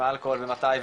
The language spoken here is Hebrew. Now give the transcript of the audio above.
עם האלכוהול ומתי,